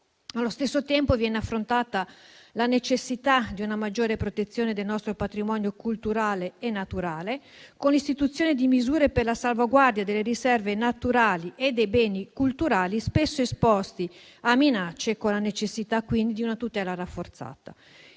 Allo stesso tempo viene affrontata la necessità di una maggiore protezione del nostro patrimonio culturale e naturale con l'istituzione di misure per la salvaguardia delle riserve naturali e dei beni culturali spesso esposti a minacce, con la necessità quindi di una tutela rafforzata.